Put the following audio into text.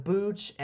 Booch